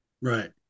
Right